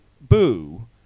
boo